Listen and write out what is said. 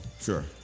Sure